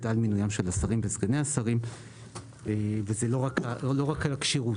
על מינוים של השרים וסגני השרים ולא רק על כשירות.